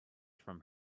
from